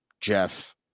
Jeff